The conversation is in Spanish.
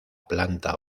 planta